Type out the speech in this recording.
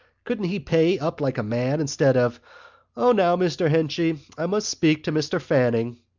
couldn't he pay up like a man instead of o, now, mr. henchy, i must speak to mr. fanning.